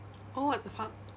oh what the fuck